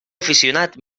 aficionat